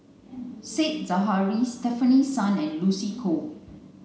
Said Zahari Stefanie Sun and Lucy Koh